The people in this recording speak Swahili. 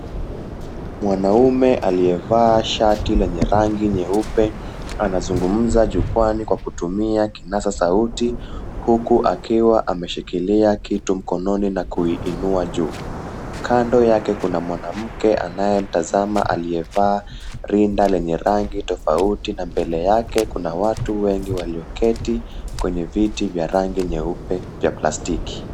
Mwanaume aliyevaa shati lenye rangi nyeupe anazungumza jukwaani kwa kutumia kinasa sauti huku akiwa ameshikilia kitu mkononi na kuiinua juu. Kando yake kuna mwanamke anayemtazama aliyevaa rinda lenye rangi tofauti na mbele yake kuna watu wengi walioketi kwenye viti vya rangi nyeupe vya plastiki.